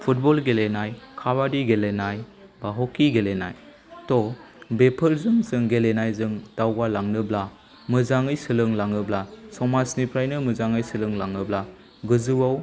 football गेलेनाय काबाडि गेलेनाय एबा हकि गेलेनाय ड' बेफोरजों जों गेलेनायजों दावगा लांनोब्ला मोजाङै सोलोंलाङोब्ला समाजनिफ्रायनो मोजाङै सोलों लाङोब्ला गोजौआव